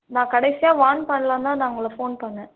நான் கடைசியாக வார்ன் பண்ணலாம் தான் நான் உங்களுக்கு ஃபோன் பண்ணேன்